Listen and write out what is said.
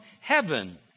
heaven